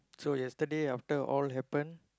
so yesterday after all happen